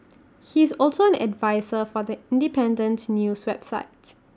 he is also an adviser for The Independence news website